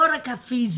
לא רק הפיזיים,